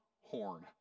horn